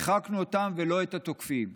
הרחקנו אותן ולא את התוקפים.